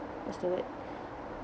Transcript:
what's the word